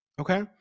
okay